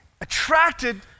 attracted